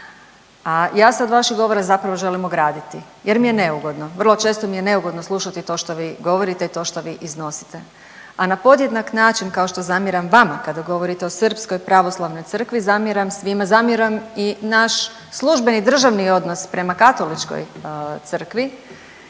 a ja se od vašega govora zapravo želim ograditi jer mi je neugodno. Vrlo često mi je neugodno slušati to što vi govorite i to što vi iznosite, a na podjednak način kao što zamjeram vama kada govorite o Srpskoj pravoslavnoj crkvi zamjeram svima. Zamjeram i naš službeni državni odnos prema Katoličkoj crkvi